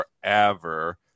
forever